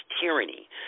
tyranny